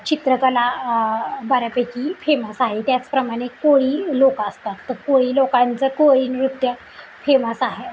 चित्रकला बऱ्यापैकी फेमस आहे त्याचप्रमाणे कोळी लोक असतात तर कोळी लोकांचं कोळी नृत्य फेमस आहे